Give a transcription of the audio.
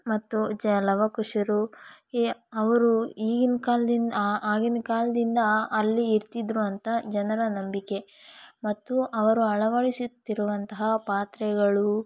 ಮತ್ತು ಜ ಲವ ಕುಶರು ಈ ಅವರು ಈಗಿನ ಕಾಲ್ದಿಂದ ಆಗಿನ ಕಾಲದಿಂದ ಅಲ್ಲಿ ಇರ್ತಿದ್ದರು ಅಂತ ಜನರ ನಂಬಿಕೆ ಮತ್ತು ಅವರು ಅಳವಡಿಸುತ್ತಿರುವಂತಹ ಪಾತ್ರೆಗಳು